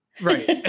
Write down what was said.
Right